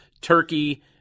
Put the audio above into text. turkey